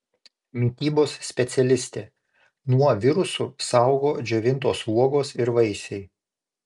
mitybos specialistė nuo virusų saugo džiovintos uogos ir vaisiai